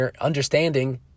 understanding